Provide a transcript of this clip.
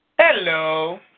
Hello